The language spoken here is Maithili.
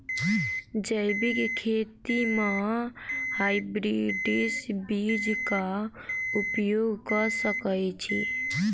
जैविक खेती म हायब्रिडस बीज कऽ उपयोग कऽ सकैय छी?